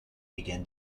begin